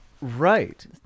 right